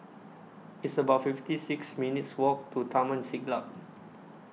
It's about fifty six minutes' Walk to Taman Siglap